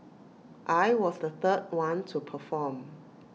I was the third one to perform